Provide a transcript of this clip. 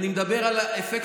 אני אומר לך.